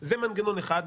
זה מנגנון אחד.